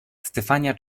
stefania